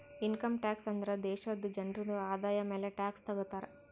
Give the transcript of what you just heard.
income tax ಅಂದುರ್ ದೇಶಾದು ಜನ್ರುದು ಆದಾಯ ಮ್ಯಾಲ ಟ್ಯಾಕ್ಸ್ ತಗೊತಾರ್